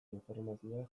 informazioa